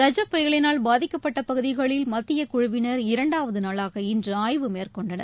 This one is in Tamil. கஜ புயலினால் பாதிக்கப்பட்டபகுதிகளில் மத்தியக் குழுவினர் இரண்டாவதநாளாக இன்றுஆய்வு மேற்கொண்டனர்